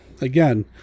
again